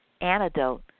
antidote